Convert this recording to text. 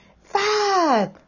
five